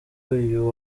uyu